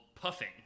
puffing